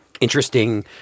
interesting